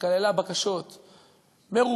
שכללה בקשות מרובות